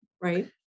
right